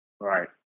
Right